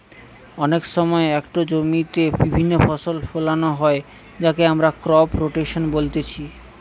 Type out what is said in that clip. অনেক সময় একটো জমিতে বিভিন্ন ফসল ফোলানো হয় যাকে আমরা ক্রপ রোটেশন বলতিছে